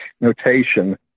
notation